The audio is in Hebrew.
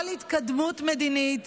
כל התקדמות מדינית,